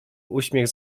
uśmiech